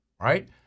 right